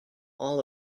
all